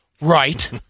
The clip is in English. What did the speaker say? Right